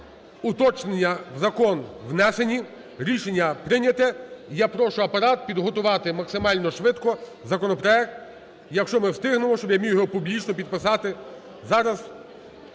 Уточнення в закон внесені. Рішення прийняте. І я прошу Апарат підготувати максимально швидко законопроект. Якщо ми встигнемо, щоб я міг його публічно підписати зараз,